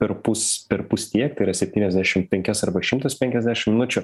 perpus perpus tiek tai yra septyniasdešim penkias arba šimtas penkiasdešim minučių